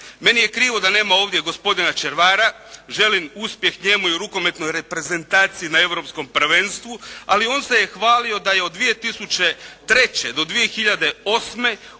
Meni je krivo da nema ovdje gospodina Červara. Želim uspjeh njemu i rukometnoj reprezentaciji na Europskom prvenstvu, ali on se je hvalio da je od 2003. do 2008.